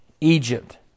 Egypt